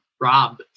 rob